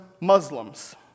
Muslims